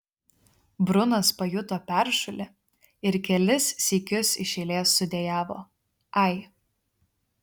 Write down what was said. brunas pajuto peršulį ir kelis sykius iš eilės sudejavo ai